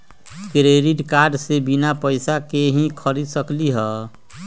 Credit card से बिना पैसे के ही खरीद सकली ह?